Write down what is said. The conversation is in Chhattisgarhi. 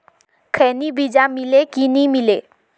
खैनी बिजा मिले कि नी मिले?